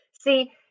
See